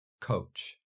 coach